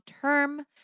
term